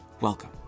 Welcome